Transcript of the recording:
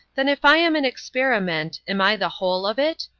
then if i am an experiment, am i the whole of it?